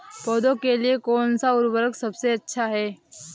पौधों के लिए कौन सा उर्वरक सबसे अच्छा है?